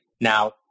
Now